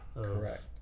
correct